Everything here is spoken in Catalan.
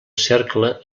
cercle